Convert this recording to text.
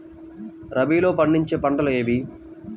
రబీలో పండించే పంటలు ఏవి?